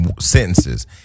sentences